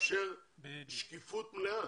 לאפשר שקיפות מלאה.